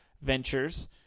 ventures